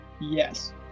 Yes